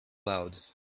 loud